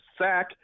sack